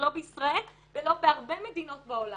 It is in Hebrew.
לא בישראל ולא בהרבה מדינות בעולם.